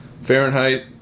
Fahrenheit